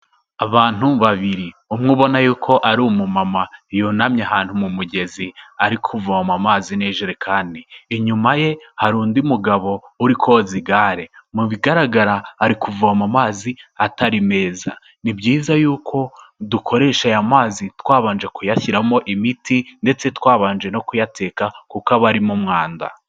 Ubantu babiri, umwe ubona yuko ari umumama yunamye ahantu mu mugezi ari kuvoma amazi n'ijerekani. Inyuma ye hari undi mugabo uri koza igare. Mu bigaragara ari kuvoma amazi atari meza. Ni byiza yuko dukoresha aya mazi twabanje kuyashyiramo imiti ndetse twabanje no kuyateka kuko aba arimo umwanda.